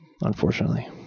unfortunately